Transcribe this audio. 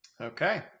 Okay